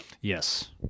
yes